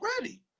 ready